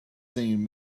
seen